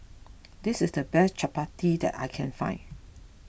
this is the best Chappati that I can find